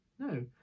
No